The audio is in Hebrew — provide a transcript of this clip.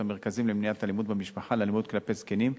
המרכזים למניעת אלימות במשפחה לאלימות כלפי זקנים.